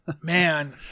Man